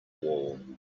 wall